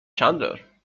چندلر